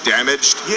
Damaged